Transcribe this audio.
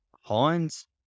Heinz